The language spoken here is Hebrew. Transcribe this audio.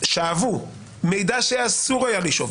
שאבו מידע שאסור היה לשאוב.